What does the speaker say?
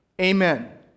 Amen